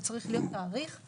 זה צריך להיות תאריך הטלת העיצום.